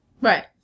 Right